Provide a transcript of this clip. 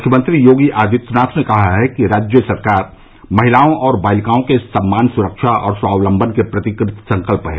मुख्यमंत्री योगी आदित्यनाथ ने कहा है कि राज्य सरकार महिलाओं और बालिकाओं के सम्मान सुरक्षा और स्वावलंबन के प्रति कृत संकल्प है